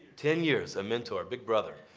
ten years a mentor, big brother.